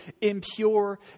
impure